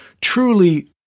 truly